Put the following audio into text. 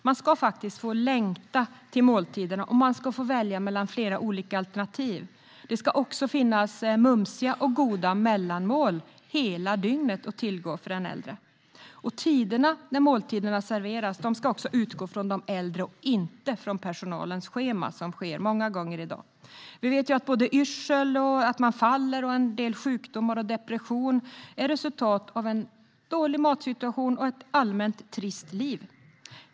Man ska faktiskt få längta till måltiderna, och man ska få välja mellan flera olika alternativ. Det ska finnas mumsiga och goda mellanmål att tillgå hela dygnet för den äldre, och tiderna då måltiderna serveras ska utgå från den äldre och inte från personalens schema, vilket sker många gånger i dag. Vi vet att både yrsel, att man faller, en del sjukdomar och depression i många fall är resultat av en dålig matsituation och ett allmänt trist liv.